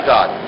God